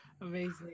Amazing